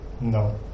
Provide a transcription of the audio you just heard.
No